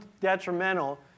detrimental